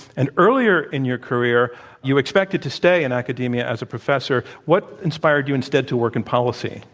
and earlier in your career you expected to stay in academia as a professor. what inspired you instead to work in policy?